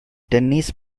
tennis